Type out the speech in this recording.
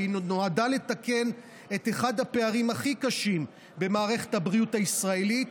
והיא נועדה לתקן את אחד הפערים הכי קשים במערכת הבריאות הישראלית,